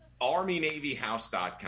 ArmyNavyHouse.com